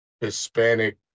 Hispanic